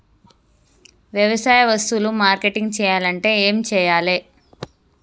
వ్యవసాయ వస్తువులు మార్కెటింగ్ చెయ్యాలంటే ఏం చెయ్యాలే?